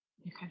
okay